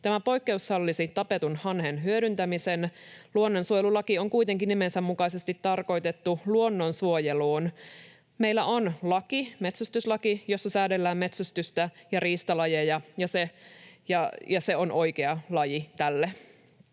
Tämä poikkeus sallisi tapetun hanhen hyödyntämisen. Luonnonsuojelulaki on kuitenkin nimensä mukaisesti tarkoitettu luonnonsuojeluun. Meillä on laki, metsästyslaki, jossa säädellään metsästystä ja riistalajeja, ja se on oikea laki tälle.